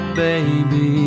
baby